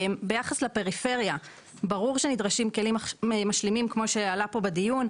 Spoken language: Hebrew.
ביחס לפריפריה ברור שנדרשים כלים משלימים כמו שעלה פה בדיון,